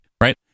right